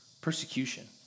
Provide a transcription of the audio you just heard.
persecution